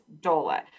DOLA